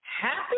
happy